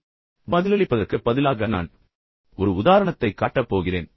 இப்போது பதிலளிப்பதற்குப் பதிலாக நான் ஒரு உதாரணத்தைக் காட்ட போகிறேன்